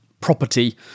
property –